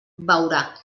veurà